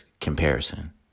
comparison